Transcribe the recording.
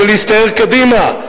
זה להסתער קדימה,